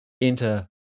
Enter